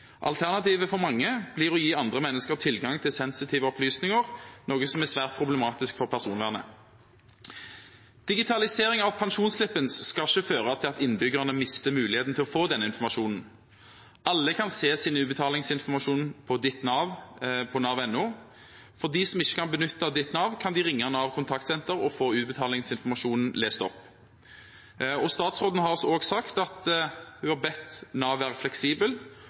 Alternativet for mange blir å gi andre mennesker tilgang til sensitive opplysninger, noe som er svært problematisk for personvernet. Digitalisering av pensjonsslippen skal ikke føre til at innbyggerne mister muligheten til å få denne informasjonen. Alle kan se sin utbetalingsinformasjon på Ditt NAV på nav.no, og de som ikke kan benytte Ditt NAV, kan ringe NAV Kontaktsenter og få utbetalingsinformasjonen lest opp. Statsråden har også sagt at hun har bedt Nav være fleksibel